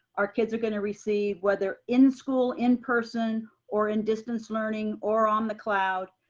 our kids are gonna receive whether in school, in person or in distance learning or on the cloud,